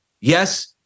Yes